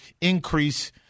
increase